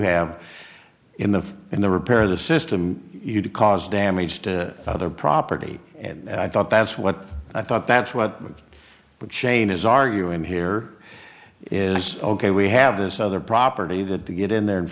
have in the in the repair of the system you do cause damage to other property and i thought that's what i thought that's what i meant but chain is arguing here is ok we have this other property that to get in there and